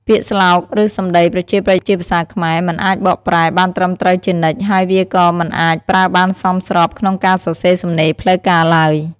ពាក្យស្លោក ឬសំដីប្រជាប្រិយជាភាសាខ្មែរ មិនអាចបកប្រែបានត្រឹមត្រូវជានិច្ច ហើយវាក៏មិនអាចប្រើបានសមស្របក្នុងការសរសេរសំណេរផ្លូវការឡើយ។